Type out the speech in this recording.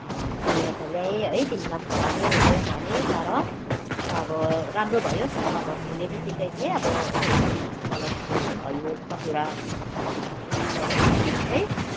किनेर त ल्याएँ है तिमीलाई पनि भनेँ आऊ भने तर अब राम्रो भयो धुने बित्तिकै चाहिँ अब एउटा चाहिँ कलर फेड भयो कतिवटा मतलब कुर्तीको चाहिँ